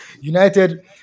United